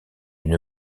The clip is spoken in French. une